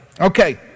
Okay